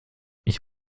ich